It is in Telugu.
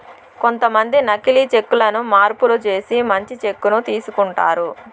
కొంతమంది నకీలి చెక్ లను మార్పులు చేసి మంచి చెక్ ను తీసుకుంటారు